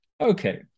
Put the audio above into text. Okay